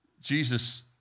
Jesus